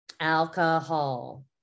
alcohol